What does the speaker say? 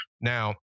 now